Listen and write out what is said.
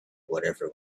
whatever